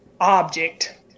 object